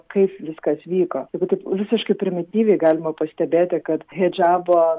kaip viskas vyko jeigu taip visiškai primityviai galima pastebėti kad hidžabo